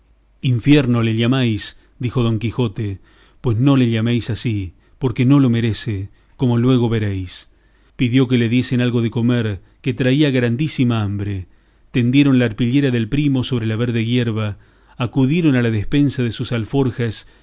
infierno le llamáis dijo don quijote pues no le llaméis ansí porque no lo merece como luego veréis pidió que le diesen algo de comer que traía grandísima hambre tendieron la arpillera del primo sobre la verde yerba acudieron a la despensa de sus alforjas